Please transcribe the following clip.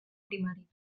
primari